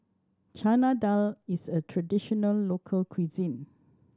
Chana Dal is a traditional local cuisine